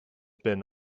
been